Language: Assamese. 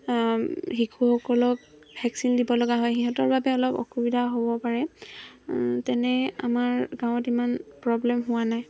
শিশুসকলক ভেকচিন দিব লগা হয় সিহঁতৰ বাবে অলপ অসুবিধা হ'ব পাৰে তেনে আমাৰ গাঁৱত ইমান প্ৰব্লেম হোৱা নাই